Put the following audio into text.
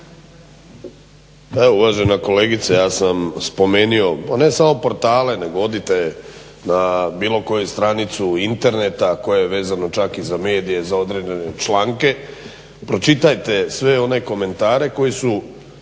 uvažena kolegice ja sam spomenuo, pa ne samo portale, nego odite na bilo koju stranicu interneta koje je vezano čak i za medije, za određene članke, pročitajte sve one komentare koji su,